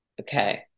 Okay